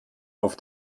auf